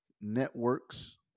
networks